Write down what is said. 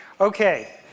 Okay